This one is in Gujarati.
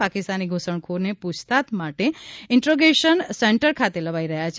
પાકિસ્તાની ઘુસણખોરને પુછતાછ માટે ઇન્ટ્રોગ્રેશન સેન્ટર ખાતે લવાઇ રહ્યા છે